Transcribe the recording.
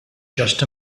just